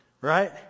Right